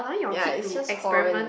ya it's just foreign